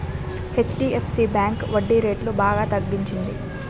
HDFC bank వడ్డీరేట్లు బాగా తగ్గించింది